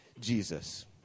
Jesus